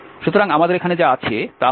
সুতরাং আমাদের এখানে যা আছে তা হল